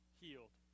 healed